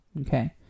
Okay